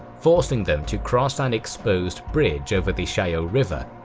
forcing them to cross an exposed bridge over the sajo river,